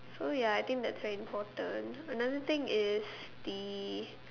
so ya I think that's very important another thing is the